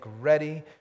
ready